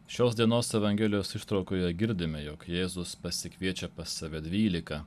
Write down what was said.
šios dienos evangelijos ištraukoje girdime jog jėzus pasikviečia pas save dvylika